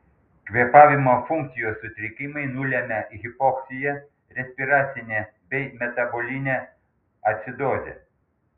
kvėpavimo funkcijos sutrikimai nulemia hipoksiją respiracinę bei metabolinę acidozę